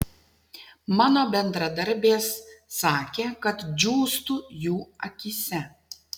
mano bendradarbės sakė kad džiūstu jų akyse